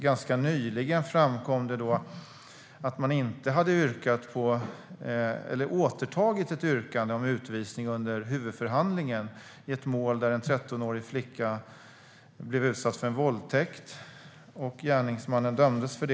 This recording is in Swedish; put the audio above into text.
Ganska nyligen framkom det att en åklagare under huvudförhandlingen hade återtagit ett yrkande om utvisning i ett mål där en 13-årig flicka hade blivit utsatt för en våldtäkt som gärningsmannen dömdes för.